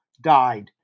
died